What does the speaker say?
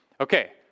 Okay